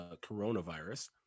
coronavirus